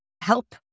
help